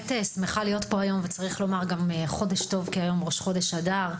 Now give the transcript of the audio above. היום ראש חודש אדר.